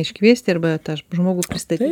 iškviesti arba tą žmogų pristatyti